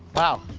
wow.